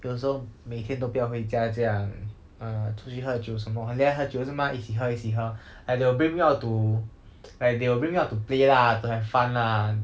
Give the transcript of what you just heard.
有时候每天都不要回家这样 err 出去喝酒什么很厉害喝酒是吗一起喝一起喝 like they will bring me out to like they will bring me out to play lah to have fun lah